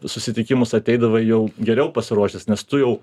susitikimus ateidavai jau geriau pasiruošęs nes tu jau